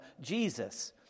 Jesus